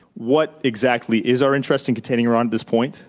what exactly is our interest in containing iran at this point.